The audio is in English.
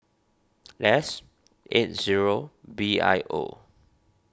S eight zero B I O